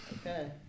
Okay